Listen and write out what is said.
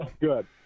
good